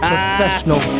Professional